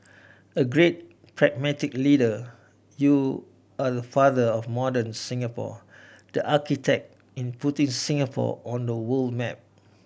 a great pragmatic leader you are the father of modern Singapore the architect in putting Singapore on the world map